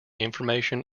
information